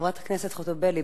חברת הכנסת חוטובלי,